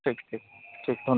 ঠিক ঠিক ঠিক ধন্য